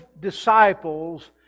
disciples